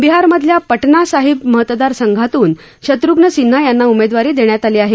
बिहारमधल्या पटना साहित्य मतदारसंघातून शत्रुघ्न सिन्हा यांना उमेदवारी देण्यात आली आहे